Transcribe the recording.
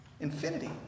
Infinity